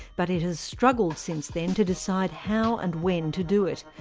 but it has struggled since then to decide how and when to do it.